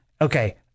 okay